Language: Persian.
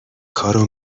کارو